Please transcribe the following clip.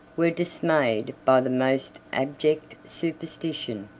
were dismayed by the most abject superstition.